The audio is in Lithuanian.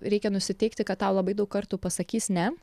reikia nusiteikti kad tau labai daug kartų pasakys ne